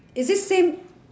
is it same